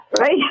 right